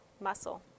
muscle